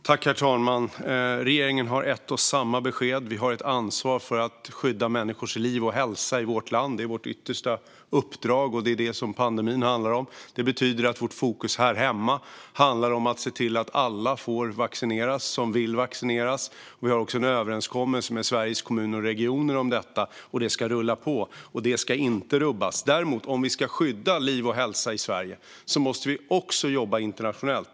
Herr talman! Regeringen har ett och samma besked: Vi har ett ansvar för att skydda människors liv och hälsa i vårt land. Det är vårt yttersta uppdrag, och det är det som pandemin handlar om. Det betyder att vårt fokus här hemma handlar om att se till att alla som vill vaccineras får vaccineras. Vi har också en överenskommelse med Sveriges Kommuner och Regioner om detta, och det ska rulla på. Det ska inte rubbas. Däremot är det så att om vi ska skydda liv och hälsa i Sverige måste vi också jobba internationellt.